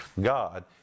God